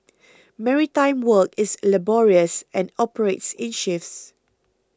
maritime work is laborious and operates in shifts